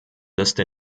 liste